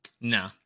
no